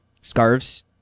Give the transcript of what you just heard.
Scarves